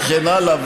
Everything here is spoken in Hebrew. וכן הלאה,